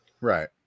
right